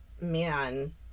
man